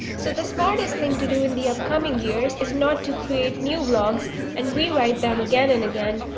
so the smartest thing to do in the upcoming years is not to create new blogs and re-write them again and again,